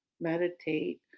meditate